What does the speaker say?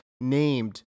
named